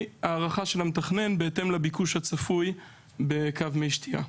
הערכה של המתכנן בהתאם לביקוש הצפוי בקו מי שתייה.